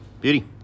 beauty